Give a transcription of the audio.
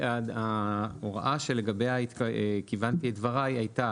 ההוראה שלגביה כיוונתי את דברי הייתה